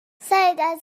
سعیداذیت